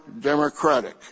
democratic